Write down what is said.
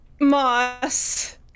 Moss